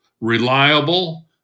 reliable